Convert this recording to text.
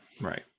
Right